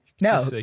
No